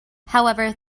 however